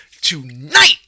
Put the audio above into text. tonight